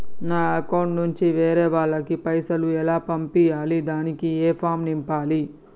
నా అకౌంట్ నుంచి వేరే వాళ్ళకు పైసలు ఎలా పంపియ్యాలి దానికి ఏ ఫామ్ నింపాలి?